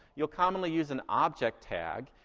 you'll commonly use an object tag.